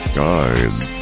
guys